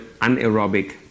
anaerobic